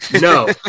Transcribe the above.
No